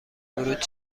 ورود